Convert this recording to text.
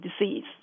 disease